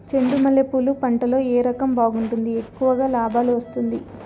చెండు మల్లె పూలు పంట లో ఏ రకం బాగుంటుంది, ఎక్కువగా లాభాలు వస్తుంది?